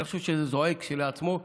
אני חושב שזה זועק כשלעצמו.